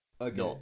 okay